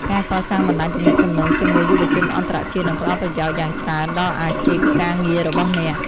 ការកសាងបណ្តាញទំនាក់ទំនងជាមួយយុវជនអន្តរជាតិនឹងផ្តល់ប្រយោជន៍យ៉ាងច្រើនដល់អាជីពការងាររបស់អ្នក។